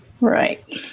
Right